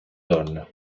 donne